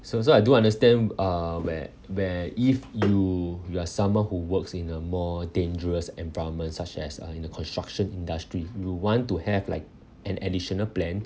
so so I do understand uh where where if you you are someone who works in a more dangerous environment such as uh in the construction industry you want to have like an additional plan